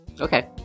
Okay